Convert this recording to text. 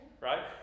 right